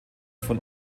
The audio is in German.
von